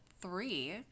three